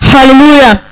Hallelujah